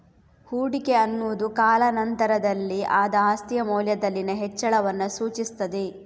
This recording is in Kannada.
ಹೂಡಿಕೆ ಅನ್ನುದು ಕಾಲಾ ನಂತರದಲ್ಲಿ ಆದ ಆಸ್ತಿಯ ಮೌಲ್ಯದಲ್ಲಿನ ಹೆಚ್ಚಳವನ್ನ ಸೂಚಿಸ್ತದೆ